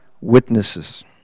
witnesses